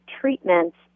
treatments